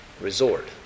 resort